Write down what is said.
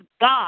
God